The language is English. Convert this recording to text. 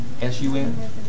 S-U-N